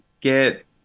get